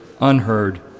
unheard